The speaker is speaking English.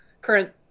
current